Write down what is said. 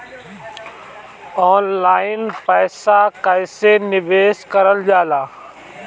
Online पईसा कईसे निवेश करल जाला?